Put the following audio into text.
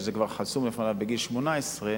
שזה כבר חסום לפניו בגיל 18,